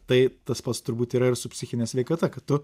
tai tas pats turbūt yra ir su psichine sveikata kai tu